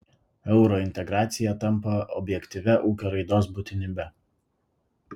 eurointegracija tampa objektyvia ūkio raidos būtinybe